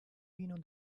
know